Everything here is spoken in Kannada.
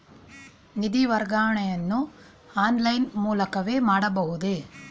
ನಿಧಿ ವರ್ಗಾವಣೆಯನ್ನು ಆನ್ಲೈನ್ ಮೂಲಕವೇ ಮಾಡಬಹುದೇ?